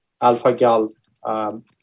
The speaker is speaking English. alpha-gal